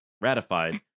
ratified